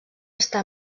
està